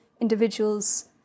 individual's